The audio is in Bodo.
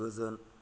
गोजोन